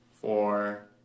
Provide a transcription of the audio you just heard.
Four